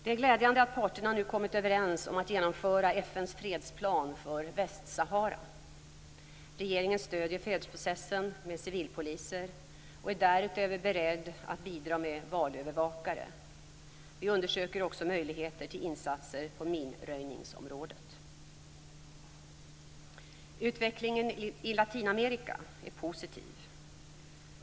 Det är glädjande att parterna nu kommit överens om att genomföra FN:s fredsplan för Västsahara. Regeringen stöder fredsprocessen med civilpoliser och är därutöver beredd att bidra med valövervakare. Vi undersöker också möjligheter till insatser på minröjningsområdet. Utvecklingen i Latinamerika är positiv.